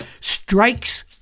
strikes